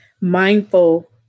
mindful